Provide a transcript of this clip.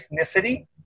ethnicity